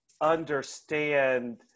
understand